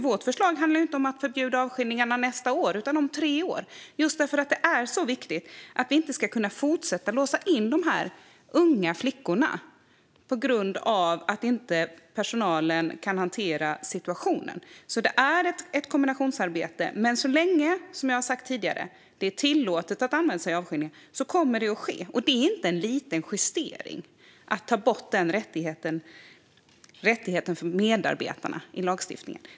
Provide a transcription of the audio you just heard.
Vårt förslag handlar inte om att förbjuda avskiljningarna nästa år utan om tre år, just för att det är så viktigt att vi inte kan fortsätta att låsa in dessa unga flickor på grund av att personalen inte kan hantera situationen. Det är ett kombinationsarbete. Men, som jag har sagt tidigare, så länge det är tillåtet att använda sig av avskiljning kommer det att ske. Och det är inte en liten justering att ta bort denna rättighet för medarbetarna i lagstiftningen.